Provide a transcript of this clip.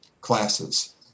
classes